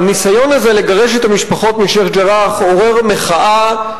הניסיון הזה לגרש את המשפחות משיח'-ג'ראח עורר מחאה,